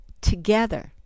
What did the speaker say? together